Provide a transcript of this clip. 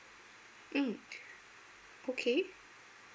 mm okay